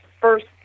first